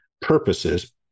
purposes